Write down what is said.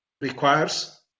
requires